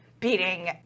Beating